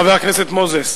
חבר הכנסת מוזס,